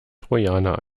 trojaner